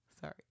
Sorry